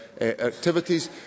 activities